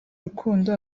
rukundo